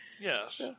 Yes